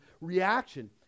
reaction